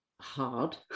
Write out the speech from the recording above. hard